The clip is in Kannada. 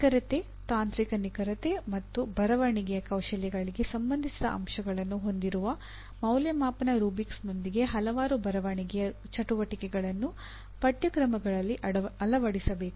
ನಿಖರತೆ ತಾಂತ್ರಿಕ ನಿಖರತೆ ಮತ್ತು ಬರವಣಿಗೆಯ ಕೌಶಲ್ಯಗಳಿಗೆ ಸಂಬಂಧಿಸಿದ ಅಂಶಗಳನ್ನು ಹೊಂದಿರುವ ಮೌಲ್ಯಮಾಪನ ರೂಬ್ರಿಕ್ಸ್ನೊಂದಿಗೆ ಹಲವಾರು ಬರವಣಿಗೆಯ ಚಟುವಟಿಕೆಗಳನ್ನು ಪಠ್ಯಕ್ರಮಗಳಲ್ಲಿ ಅಳವಡಿಸಬೇಕು